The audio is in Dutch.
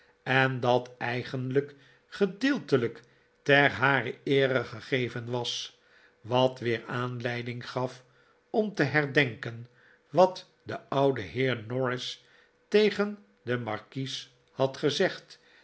en dat eigenlijk gedeeltelijk ter harer eere gegeven was wat weer aanleiding gaf om te herdenken wat de oude heer norris tegen den markies had gezegd